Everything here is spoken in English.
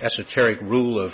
esoteric rule